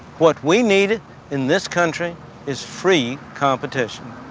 what we needed in this country is free competition.